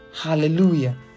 Hallelujah